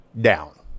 down